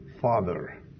father